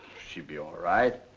she'll be all right.